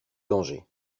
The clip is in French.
danger